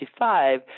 1965